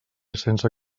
sense